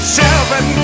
seven